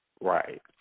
right